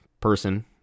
person